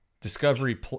Discovery